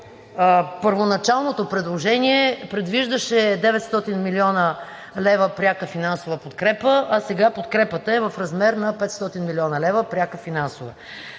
първоначалното предложение предвиждаше 900 млн. лв. пряка финансова подкрепа, а сега подкрепата е в размер на 500 млн. лв. пряка финансова.